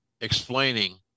explaining